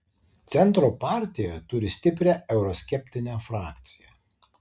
centro partija turi stiprią euroskeptinę frakciją